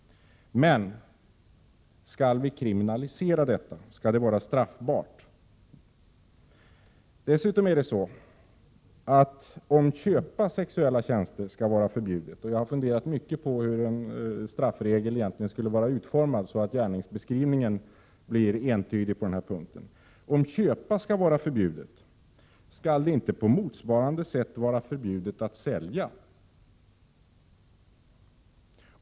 — Men skall vi kriminalisera detta? Skall det vara straffbart? Dessutom är det så att om köp av sexuella tjänster skall vara förbjudet — och jag har funderat mycket på hur en straffregel egentligen skall vara utformad så att gärningsbeskrivningen blir entydig på den här punkten — skall det inte då på motsvarande sätt vara förbjudet att sälja?